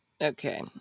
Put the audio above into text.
Okay